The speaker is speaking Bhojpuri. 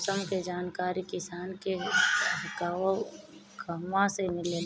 मौसम के जानकारी किसान के कहवा से मिलेला?